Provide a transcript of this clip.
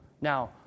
Now